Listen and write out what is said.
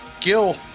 Gil